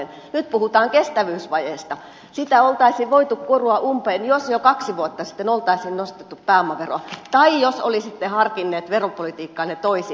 nyt puhutaan kestävyysvajeesta sitä olisi voitu kuroa umpeen jos jo kaksi vuotta sitten olisi nostettu pääomaveroa tai jos olisitte harkinneet veropolitiikkaanne toisin